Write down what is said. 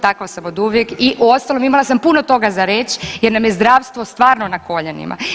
Takva sam oduvijek i uostalom imala sam puno toga za reći jer nam je zdravstvo stvarno na koljenima.